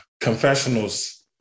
confessionals